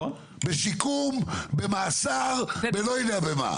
בשיקום, במאסר, לא יודע במה.